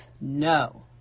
No